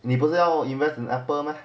你不是要 invest in apple meh